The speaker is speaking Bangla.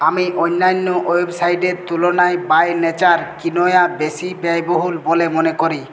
আমি অন্যান্য ওয়েবসাইটের তুলনায় বাই নেচার কিনোয়া বেশি ব্যয়বহুল বলে মনে করি